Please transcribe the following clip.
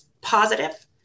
positive